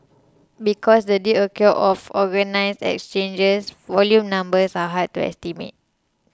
because the deals occur off organised exchanges volume numbers are hard to estimate